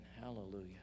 Hallelujah